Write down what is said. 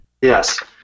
Yes